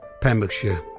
Pembrokeshire